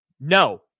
No